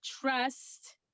trust